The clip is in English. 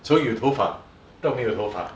从有头发到没有头发